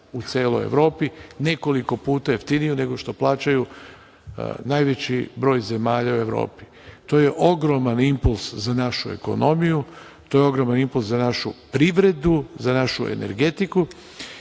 u Evropi, nekoliko puta jeftiniju nego što plaća najveći broj zemalja u Evropi. To je ogroman impuls za našu ekonomiju, to je ogroman impuls za našu privredu, za našu energetiku. Siguran